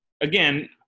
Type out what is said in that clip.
again